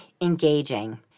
engaging